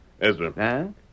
Ezra